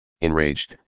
Enraged